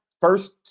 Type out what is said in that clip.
first